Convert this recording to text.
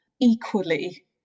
equally